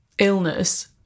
illness